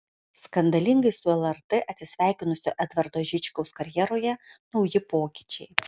skandalingai su lrt atsisveikinusio edvardo žičkaus karjeroje nauji pokyčiai